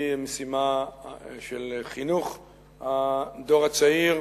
היא המשימה של חינוך הדור הצעיר.